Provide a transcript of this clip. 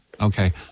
Okay